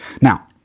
now